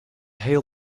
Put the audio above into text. hail